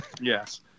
Yes